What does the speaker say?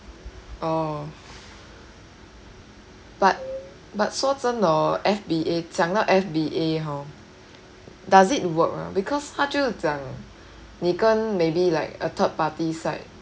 oh but but 说真的 hor F_B_A 讲到 F_B_A hor does it work ah because 他就是讲你跟 maybe like a third party site